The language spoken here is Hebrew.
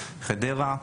בחדרה.